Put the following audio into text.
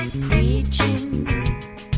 preaching